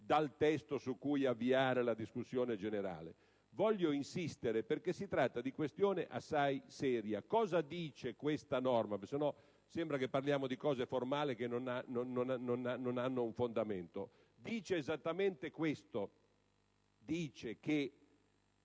dal testo su cui avviare la discussione. Voglio insistere perché si tratta di questione assai seria. Cosa dice questa norma? Altrimenti sembra che parliamo di cose formali che non hanno fondamento. Dice esattamente che